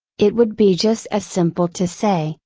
it would be just as simple to say,